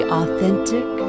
authentic